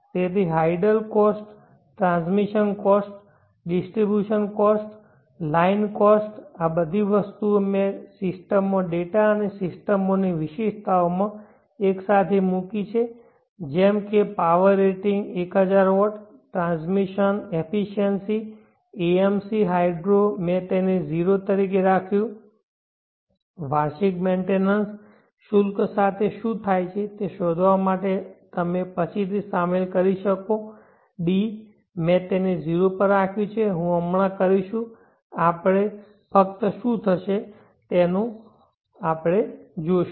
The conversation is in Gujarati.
તેથી hydel cost transmission cost distribution cost line cost આ બધી વસ્તુઓ મેં સિસ્ટમ ડેટા અને સિસ્ટમોની વિશિષ્ટતાઓમાં એક સાથે મૂકી છે જેમ કે power rating 1000 watt transmission efficiency AMC hydro મેં તેને 0 તરીકે રાખ્યું વાર્ષિક મેન્ટેનન્સ શુલ્ક સાથે શું થાય છે તે શોધવા માટે તમે પછીથી શામેલ કરી શકો છો d મેં તેને 0 પર રાખ્યું છે હું હમણાં જ કરીશું આપણે ફક્ત શું થશે તે જોશું